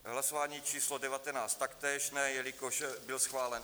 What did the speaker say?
Hlasování číslo devatenáct taktéž ne, jelikož byl schválen F8551.